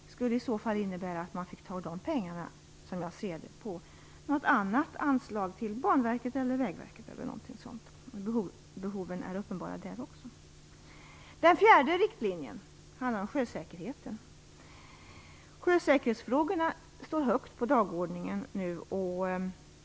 Det skulle i så fall innebära att man fick ta de pengarna från något annat anslag, Banverket, Vägverket eller liknande. Även där är behoven uppenbara. Den fjärde riktlinjen gäller sjösäkerheten. Sjösäkerhetsfrågorna står högt på dagordningen.